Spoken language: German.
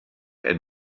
ein